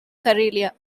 karelia